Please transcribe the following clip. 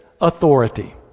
authority